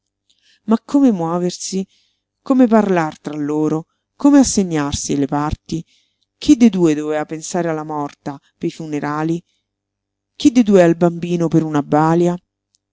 ma come muoversi come parlar tra loro come assegnarsi le parti chi de due doveva pensare alla morta pei funerali chi de due al bambino per una balia